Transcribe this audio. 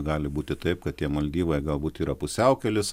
gali būti taip kad tie maldyvai galbūt yra pusiaukelis